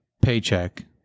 paycheck